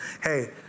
Hey